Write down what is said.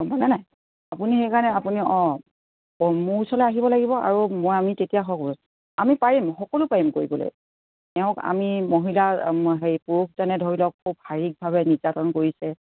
নাই আপুনি সেইকাৰণে আপুনি অঁ মোৰ ওচৰলৈ আহিব লাগিব আৰু মই আমি তেতিয়া সকলো আমি পাৰিম সকলো পাৰিম কৰিবলৈ তেওঁক আমি মহিলা পুৰুষজনে ধৰি লওক খুব শাৰীৰিকভাৱে নিৰ্যাতন কৰিছে